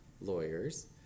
lawyers